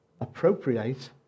appropriate